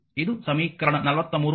ಇದು ಸಮೀಕರಣ 43 ಆಗಿದೆ